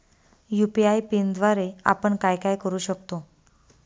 UPI पिनद्वारे आपण काय काय करु शकतो?